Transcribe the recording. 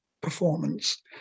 performance